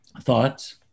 thoughts